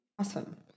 Awesome